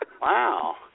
Wow